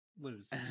lose